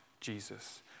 Jesus